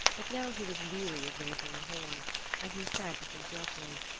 but now he was weary of raising the horn and he said to sinfiotli,